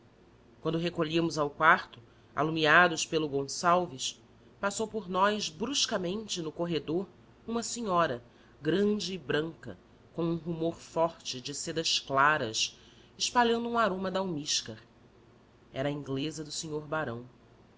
quando recolhíamos ao quarto alumiados pelo gonçalves passou por nós bruscamente no corredor uma senhora grande e branca com um rumor forte de sedas claras espalhando um aroma de almíscar era a inglesa do senhor barão